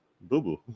boo-boo